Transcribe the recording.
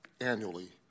annually